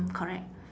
correct